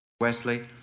Wesley